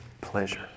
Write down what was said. pleasure